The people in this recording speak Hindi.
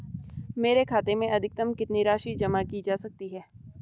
मेरे खाते में अधिकतम कितनी राशि जमा की जा सकती है?